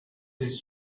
his